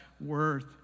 worth